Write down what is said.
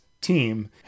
team